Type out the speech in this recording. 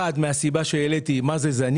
א', מהסיבה שהעליתי, של מה זה "זניח".